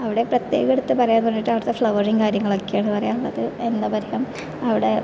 അവിടെ പ്രത്യേകം എടുത്ത് പറയാന്ന് പറഞ്ഞിട്ട് അവിടത്തെ ഫ്ലവറും കാര്യങ്ങളൊക്കെ ആണ് പറയാനുള്ളത് എന്താ പറയുക അവിടെ